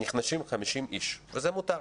נכנסים 50 איש וזה מותר.